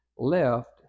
left